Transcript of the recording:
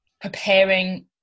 preparing